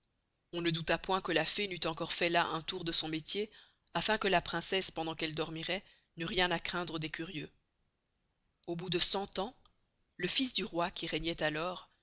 on ne douta point que la fée n'eust encore fait là un tour de son métier afin que la princesse pendant qu'elle dormiroit n'eust rien à craindre des curieux au bout de cent ans le fils du roi qui regnoit alors